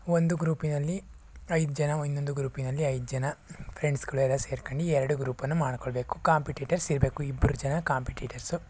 ಒಂದು ಗ್ರೂಪಿನಲ್ಲಿ ಐದು ಜನ ಇನ್ನೊಂದು ಗ್ರೂಪಿನಲ್ಲಿ ಐದು ಜನ ಫ್ರೆಂಡ್ಸ್ಗಳೆಲ್ಲ ಸೇರ್ಕೊಂಡು ಎರಡು ಗ್ರೂಪನ್ನು ಮಾಡ್ಕೊಳ್ಬೇಕು ಕಾಂಪಿಟೇಟರ್ಸ್ ಇರಬೇಕು ಇಬ್ಬರು ಜನ ಕಾಂಪಿಟೇಟರ್ಸು